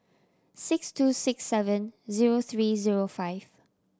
six two six seven zero three zero five